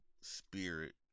Spirit